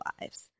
lives